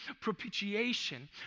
propitiation